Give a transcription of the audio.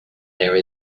there